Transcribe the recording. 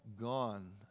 gone